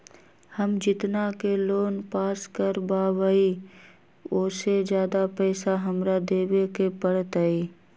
हम जितना के लोन पास कर बाबई ओ से ज्यादा पैसा हमरा देवे के पड़तई?